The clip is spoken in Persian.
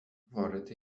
وارد